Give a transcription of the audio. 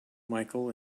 micheal